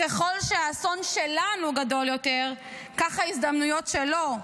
ככל שהאסון שלנו גדול יותר, כך ההזדמנויות שלו.